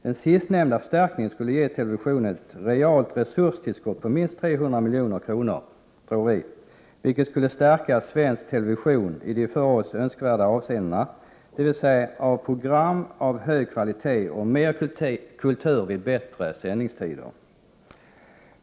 Den sistnämnda förstärkningen skulle kunna ge televisionen ett realt resurstillskott på minst 300 milj.kr., vilket skulle stärka svensk television i de för oss önskvärda avseendena, dvs. med program av hög kvalitet och mer kultur vid bättre sändningstider.